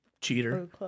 cheater